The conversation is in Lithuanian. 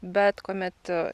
bet kuomet